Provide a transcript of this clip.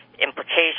implications